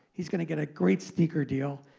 he's going to get a great sneaker deal.